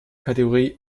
kategorie